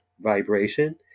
vibration